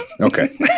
Okay